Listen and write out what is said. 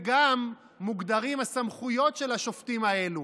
גם מוגדרות הסמכויות של השופטים האלו: